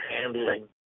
handling